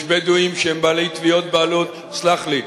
יש בדואים שהם בעלי תביעות בעלות, סלח לי.